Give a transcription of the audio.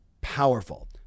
powerful